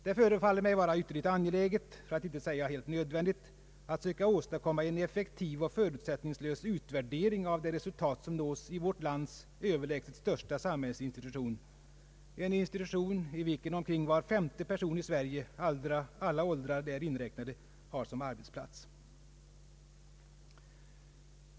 Det förefaller mig vara ytterligt angeläget — för att inte säga helt nödvändigt — att söka åstadkomma en effektiv och förutsättningslös utvärdering av de resultat som nås i vårt lands överlägset största samhällsinstitution, en institution i vilken omkring var femte person i Sverige — alla åldrar där inräknade — har sin arbetsplats.